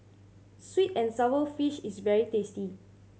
sweet and sour fish is very tasty